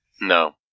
No